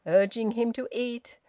urging him to eat,